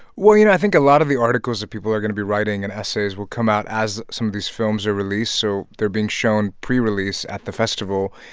well, you know, i think a lot of the articles that people are going to be writing and essays will come out as some of these films are released, so they're being shown pre-release at the festival.